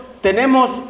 tenemos